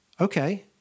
okay